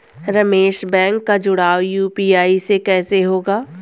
Ramesh bank का जुड़ाव UPI से कैसे होगा?